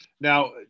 Now